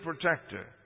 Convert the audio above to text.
protector